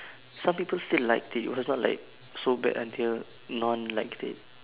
some people still liked it it was not like so bad until no one liked it